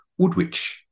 Woodwitch